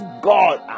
God